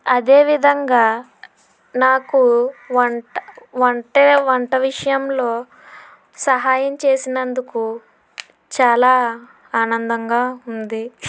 అదేవిధంగా నాకు వంట వంటే వంట విషయంలో సహాయం చేసినందుకు చాలా ఆనందంగా ఉంది